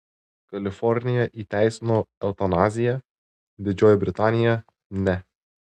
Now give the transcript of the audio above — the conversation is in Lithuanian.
kalifornija įteisino eutanaziją didžioji britanija ne